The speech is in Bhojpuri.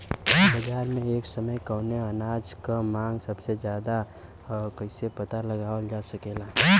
बाजार में एक समय कवने अनाज क मांग सबसे ज्यादा ह कइसे पता लगावल जा सकेला?